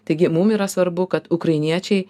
taigi mum yra svarbu kad ukrainiečiai